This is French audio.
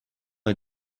est